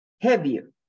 heavier